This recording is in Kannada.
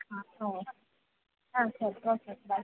ಹಾಂ ಹಾಂ ಸರಿ ಓಕೆ ಓಕೆ ಬಾಯ್